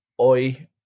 oi